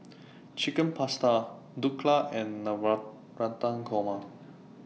Chicken Pasta Dhokla and Navratan Korma